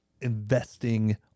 investing